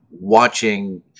watching